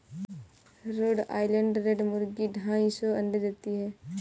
road Island Red मुर्गी ढाई सौ अंडे देती है